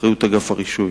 באחריות אגף הרישוי,